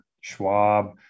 Schwab